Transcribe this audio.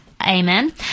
Amen